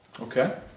okay